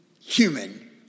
human